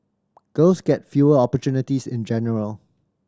girls get fewer opportunities in general